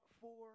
four